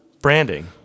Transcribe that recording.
branding